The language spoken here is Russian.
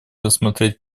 рассмотреть